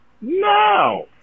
Now